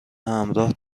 همراه